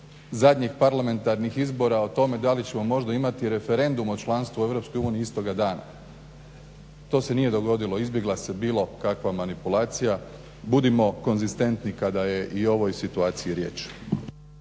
zadnjih parlamentarnih izbora o tome da li ćemo možda imati referendum o članstvu u EU istoga dana. To se nije dogodilo, izbjegla se bilo kakva manipulacija. Budimo konzistentni kada je i o ovoj situaciji riječ.